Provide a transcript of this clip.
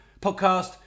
podcast